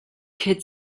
kid